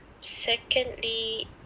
Secondly